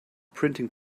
printing